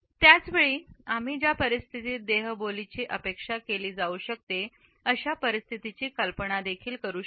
त्याच वेळी आम्ही ज्या परिस्थितीत देहबोलीचे अपेक्षा केली जाऊ शकते अशा परिस्थितीची कल्पना देखील करू शकतो